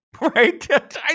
right